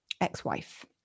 ex-wife